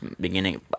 beginning